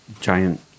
Giant